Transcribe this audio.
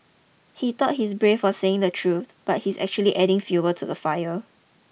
he thought he's brave for saying the truth but he's actually adding fuel to the fire